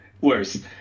Worse